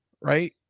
Right